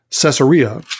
Caesarea